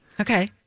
okay